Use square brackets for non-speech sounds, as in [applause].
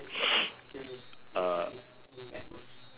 [noise]